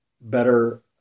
better